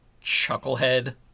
chucklehead